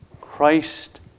Christ